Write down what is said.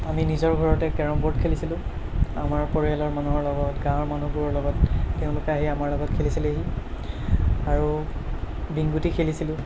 আমি নিজৰ ঘৰতে কেৰম বৰ্ড খেলিছিলোঁ আমাৰ পৰিয়ালৰ মানুহৰ লগত গাঁৱৰ মানুহবোৰৰ লগত তেওঁলোকে আহি আমাৰ লগত খেলিছিলেহি আৰু বিৰিং গুটি খেলিছিলোঁ